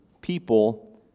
people